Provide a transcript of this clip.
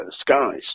skies